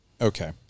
Okay